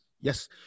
Yes